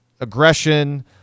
aggression